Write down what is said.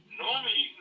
normally